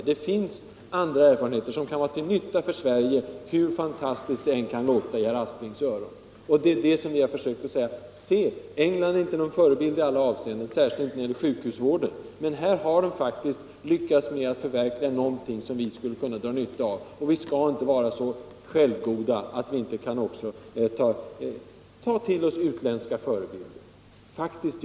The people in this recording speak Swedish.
Men det finns utländska erfarenheter som kan vara till nytta för oss i Sverige, hur fantastiskt det än kan låta i herr Asplings öron. Det är vad vi har försökt säga. England är inte någon förebild i alla avseenden, särskilt inte när det gäller sjukhusvården. Men inom den öppna vården har de faktiskt lyckats förverkliga någonting som vi skulle kunna dra nytta av. Vi skall inte vara så självgoda att vi inte kan ta till oss utländska förebilder.